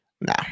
Nah